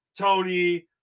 Tony